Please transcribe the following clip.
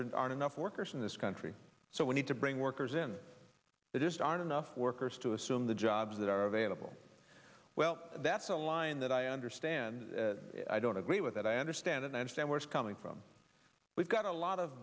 there aren't enough workers in this country so we need to bring workers in the just aren't enough workers to assume the jobs that are available well that's a line that i understand i don't agree with that i understand and i understand where it's coming from we've got a lot of